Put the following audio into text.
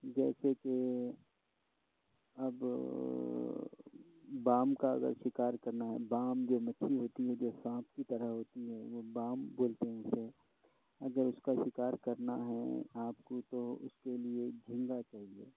جیسے کہ اب بام کا اگر شکار کرنا ہو بام جو مچھلی ہوتی ہے جو سانپ کی طرح ہوتی ہے وہ بام بولتے ہیں اسے اگر اس کا شکار کرنا ہے آپ کو تو اس کے لیے جھینگا چاہیے